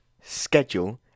schedule